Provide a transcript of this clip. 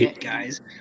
guys